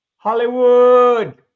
Hollywood